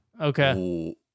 Okay